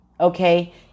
Okay